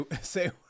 say